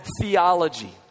theology